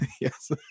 Yes